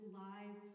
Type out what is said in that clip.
live